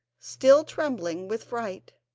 still trembling with fright.